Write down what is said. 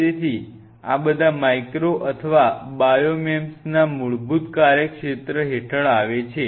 તેથી આ બધા માઇક્રો અથવા બાયો MEMSના મૂળભૂત કાર્યક્ષેત્ર હેઠળ આવે છે